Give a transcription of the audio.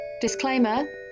Disclaimer